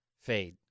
fade